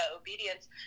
obedience